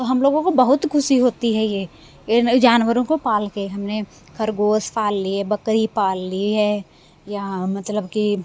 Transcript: तो हम लोगों को बहुत ख़ुशी होती है ये ये न जानवरों को पाल के हमने खरगोश पाल लिए बकरी पाल ली है यहाँ मतलब कि